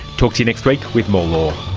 talk to you next week with more